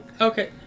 Okay